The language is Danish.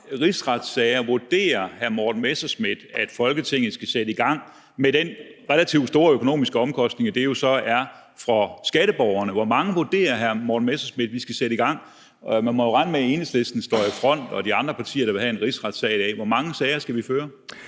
Morten Messerschmidt at Folketinget skal sætte i gang med den relativt store økonomiske omkostning, det jo så er for skatteborgerne? Hvor mange sager vurderer hr. Morten Messerschmidt vi skal sætte i gang? Man må jo regne med, at Enhedslisten står i front sammen med de andre partier, der vil have en rigsretssag i dag. Hvor mange sager skal vi føre?